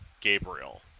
Gabriel